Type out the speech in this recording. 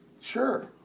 Sure